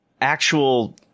Actual